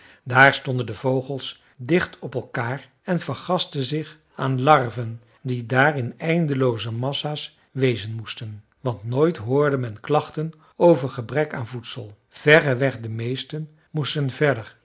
daar stonden de vogels dicht op elkaar en vergastten zich aan larven die daar in eindelooze massa's wezen moesten want nooit hoorde men klachten over gebrek aan voedsel verreweg de meesten moesten verder